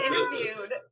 interviewed